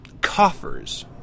coffers